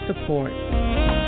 support